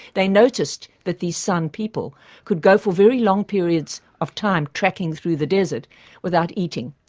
they noticed that these san people could go for very long periods of time tracking through the desert without eating,